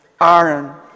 iron